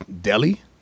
Delhi